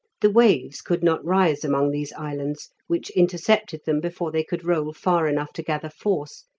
the waves could not rise among these islands, which intercepted them before they could roll far enough to gather force,